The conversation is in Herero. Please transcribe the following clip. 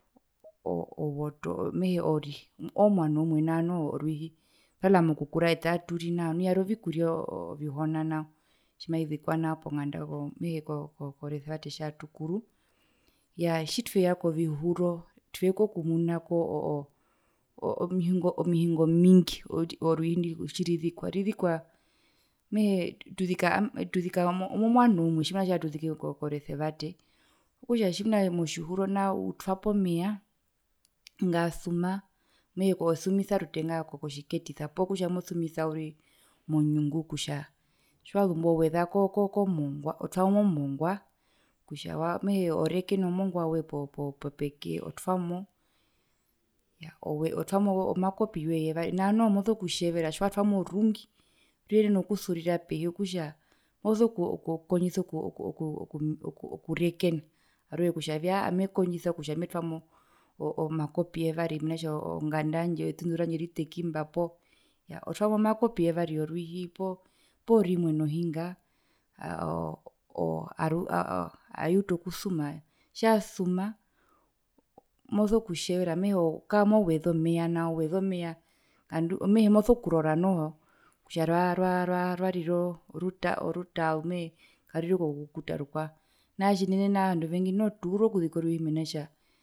Oo owoto ori oomwano umwe nao noho vella mokukura ete aaturi nao nu yari ovikuria oo ovihona nao tjimaizikwa nao ponganda mehee korosevate tja tukuru, iyaa tjitweya kovihuro twekuyekumuna ko oo oo omihingo omihingo miingi orwihii tjiruzikwa ruzikwa mehee tuzika tuzika momwano umwe tjimuna tjatuziki koresevate okutja tjimuna motjihuro nao utwapo meya tjinga yasuma mehee osumisa rutenga kotjiketis poo kutja mosumisa uriri monyungu kutja tjazumbo owezako ko mongwa otwamo mongwa kutja waa mehee orekene omongwa woye po po peke otwamo iya otwamo makopi woye yevari nao noho moso kutjevera tjiwatwamo rungi ruyenena okusurira pehi okutja mokukondjisa oku oku okuu oku okurekena aruhe kutjavii mekondjisa kutja metwamo oo oo makopi yevari mena rokutja onganda yandje etundu randje ritekimba poo yaa otwamo makopi yevari yorwiihi poyevari poo rimwe nohinga ayeutu okusuma tjiyasuma mosokutjevera mehee okaa moweza omeya nao oweza omeya ngandu mehee moso kurora noho kutja rwarwa rire orutaa orutaazu mehee mehee karuri kokukuta rukwao nao tuvengi nao tuurwa okuzika rwiihi mena tjaa.